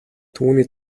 түүний